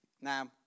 Now